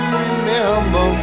remember